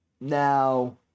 Now